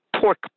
pork